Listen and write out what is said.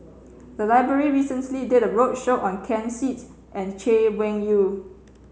the library recently did a roadshow on Ken Seet and Chay Weng Yew